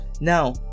Now